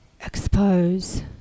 expose